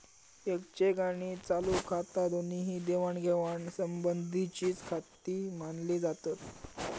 येक चेक आणि चालू खाता दोन्ही ही देवाणघेवाण संबंधीचीखाती मानली जातत